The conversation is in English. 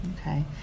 Okay